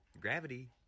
gravity